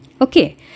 okay